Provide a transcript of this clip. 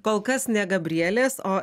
kol kas ne gabrielės o